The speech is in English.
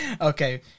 Okay